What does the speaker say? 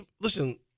listen